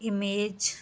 image ਆਪਣੇ